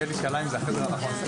הישיבה ננעלה בשעה 12:02.